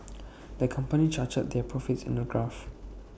the company charted their profits in A graph